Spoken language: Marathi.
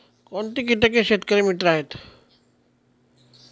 कोणती किटके शेतकरी मित्र आहेत?